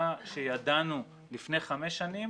מה שידענו לפני חמש שנים